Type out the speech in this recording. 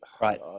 right